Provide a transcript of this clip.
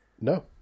No